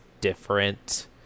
different